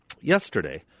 yesterday